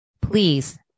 please